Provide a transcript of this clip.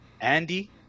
Andy